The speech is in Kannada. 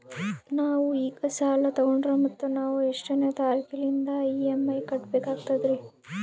ನಾವು ಈಗ ಸಾಲ ತೊಗೊಂಡ್ರ ಮತ್ತ ನಾವು ಎಷ್ಟನೆ ತಾರೀಖಿಲಿಂದ ಇ.ಎಂ.ಐ ಕಟ್ಬಕಾಗ್ತದ್ರೀ?